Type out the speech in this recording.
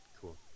Cool